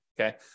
okay